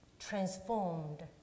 transformed